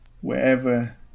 wherever